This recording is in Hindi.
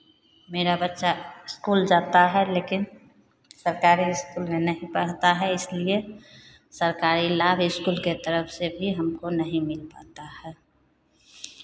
मेरा बच्चा स्कूल जाता है लेकिन सरकारी स्कूल में नहीं पढ़ता है इसलिए सरकारी लाभ स्कूल की तरफ से भी हमको नहीं मिल पाता है